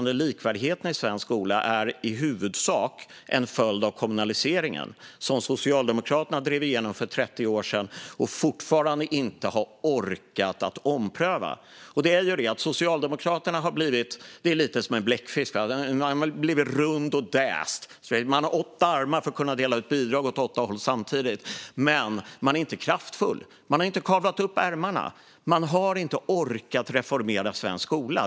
Den är i huvudsak en följd av kommunaliseringen som Socialdemokraterna drev igenom för 30 år sedan och som de fortfarande inte har orkat ompröva. Socialdemokraterna är som en bläckfisk som har blivit rund och däst. Den har åtta armar för att kunna dela ut bidrag åt åtta håll samtidigt, men den är inte kraftfull. Socialdemokraterna har inte kavlat upp ärmarna. De har inte orkat reformera svensk skola.